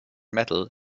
metal